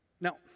Now